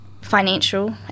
Financial